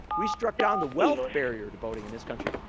we struck down the wealth barrier to voting in this country.